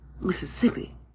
Mississippi